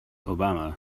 obama